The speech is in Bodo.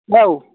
औ